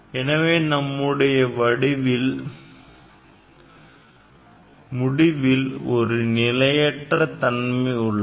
எனவே நம்முடைய முடிவில் ஒரு நிலையற்ற தன்மை உள்ளது